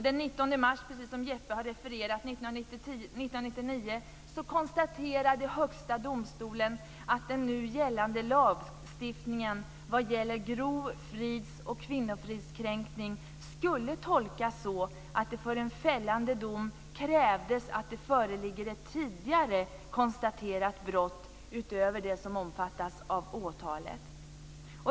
Den 19 mars 1999 konstaterade Högsta domstolen, precis som Jeppe Johnsson har refererat, att den nu gällande lagstiftningen vad gäller grov frids eller kvinnofridskränkning skulle tolkas så att det för en fällande dom krävdes att det förelåg ett tidigare konstaterat brott, utöver vad som omfattas av åtalet.